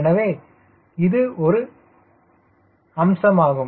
எனவே இது ஒரு அம்சம் ஆகும்